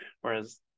whereas